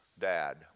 dad